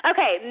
Okay